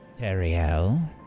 Teriel